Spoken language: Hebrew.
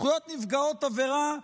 זכויות נפגעות עבירה,